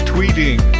Tweeting